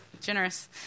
generous